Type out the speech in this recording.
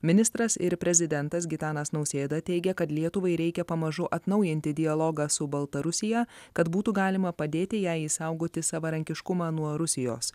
ministras ir prezidentas gitanas nausėda teigia kad lietuvai reikia pamažu atnaujinti dialogą su baltarusija kad būtų galima padėti jai išsaugoti savarankiškumą nuo rusijos